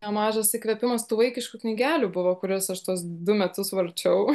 nemažas įkvėpimas tų vaikiškų knygelių buvo kuriuos aš tuos du metus varčiau